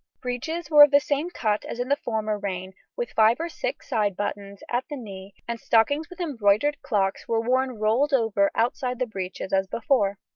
breeches were of the same cut as in the former reign, with five or six side buttons at the knee, and stockings with embroidered clocks were worn rolled over outside the breeches as before.